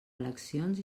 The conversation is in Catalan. eleccions